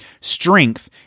Strength